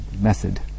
method